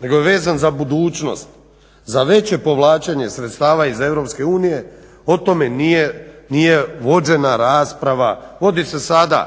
nego je vezan za budućnost za veće povlačenje sredstava iz EU o tome nije vođena rasprava. Vodi se sada